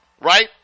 right